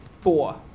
four